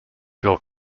bill